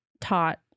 taught